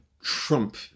Trump